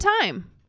time